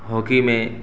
hockey میں